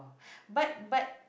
but but